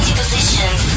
positions